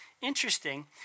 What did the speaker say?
Interesting